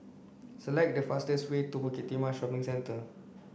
select the fastest way to Bukit Timah Shopping Centre